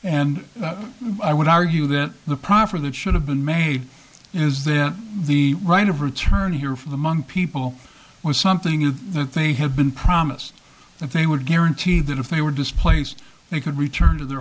and i would argue that the proffer that should have been made is that the right of return here for the month people was something in that they had been promised that they would guarantee that if they were displaced they could return to their